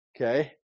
Okay